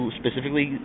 specifically